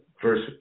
first